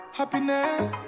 happiness